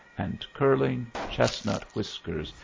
and curling, chestnut whiskers,